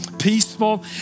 peaceful